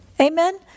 Amen